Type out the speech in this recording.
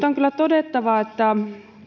on kyllä todettava että